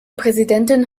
präsidentin